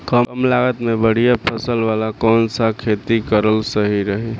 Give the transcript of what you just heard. कमलागत मे बढ़िया फसल वाला कौन सा खेती करल सही रही?